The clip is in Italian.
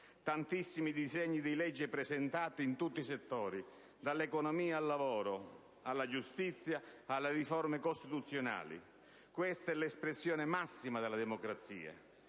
Tantissimi sono i disegni di legge presentati in tutti i settori: dall'economia al lavoro, alla giustizia, alle riforme costituzionali. Questa è l'espressione massima della democrazia;